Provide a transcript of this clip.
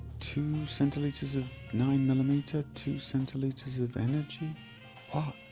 two centiliters of nine millimeter, two centiliters of energy ah